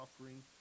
offering